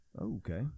Okay